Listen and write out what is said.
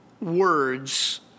words